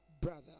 brother